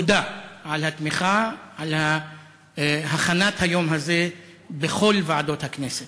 תודה על התמיכה ועל הכנת היום הזה בכל ועדות הכנסת.